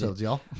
y'all